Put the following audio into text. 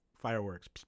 Fireworks